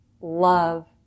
love